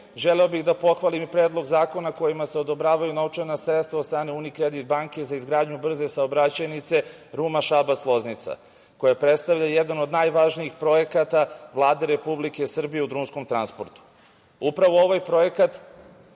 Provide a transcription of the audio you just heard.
želeo bih da pohvalim Predlog zakona kojim se odobravaju novčana sredstva od strane "Unikredit banke" za izgradnju brze saobraćajnice Ruma - Šabac - Loznica, a koja predstavlja jedan od najvažnijih projekata Vlade Republike Srbije u drumskom transportu. Upravo ovaj projekat